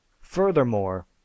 Furthermore